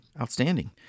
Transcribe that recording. Outstanding